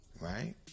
right